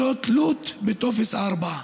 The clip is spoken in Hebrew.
ללא תלות בטופס 4,